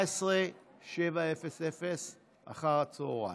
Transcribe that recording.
19:00 אחר הצוהריים.